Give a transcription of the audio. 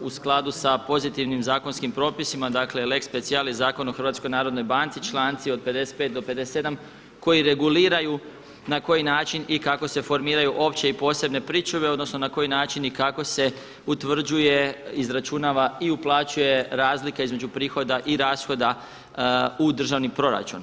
u skladu sa pozitivnim zakonskim propisima dakle lex specijalis je Zakon o HNB-u, članci od 55. do 57. koji reguliraju na koji način i kako se formiraju opće i posebne pričuve odnosno na koji način i kako se utvrđuje, izračunava i uplaćuje razlika između prihoda i rashoda u državni proračun.